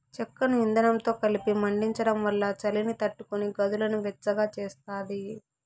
చెక్కను ఇందనంతో కలిపి మండించడం వల్ల చలిని తట్టుకొని గదులను వెచ్చగా చేస్తాది